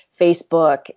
Facebook